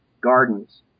gardens